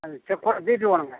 ஆ சரி கூட பீஃப்பும் வேணுங்க